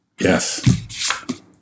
Yes